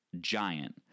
giant